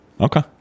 Okay